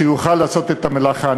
שיוכל לעשות את המלאכה.